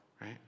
right